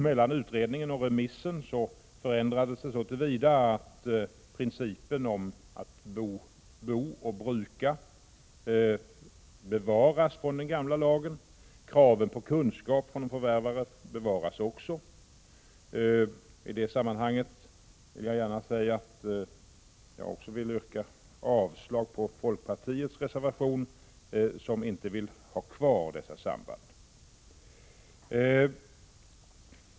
Mellan utredning och remiss förändrades förslagen så till vida att principen om att bo och bruka bevaras från den gamla lagen. Kravet på vissa kunskaper för förvärvaren bevaras också. I detta sammanhang yrkar jag avslag på folkpartiets reservation, där man inte vill ha kvar dessa krav.